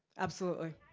absolutely.